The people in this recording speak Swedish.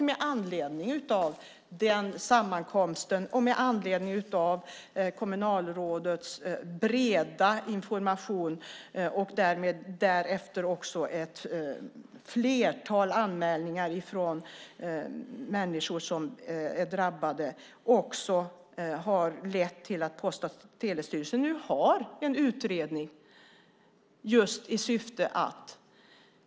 Med anledning av den sammankomsten, och med anledning av kommunalrådets breda information och därefter också ett flertal anmälningar från människor som är drabbade, gör Post och telestyrelsen nu en utredning i det syftet.